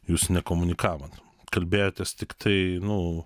jūs nekomunikavot kalbėjotės tiktai nu